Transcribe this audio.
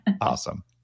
Awesome